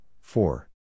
four